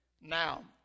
Now